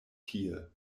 tie